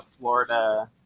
Florida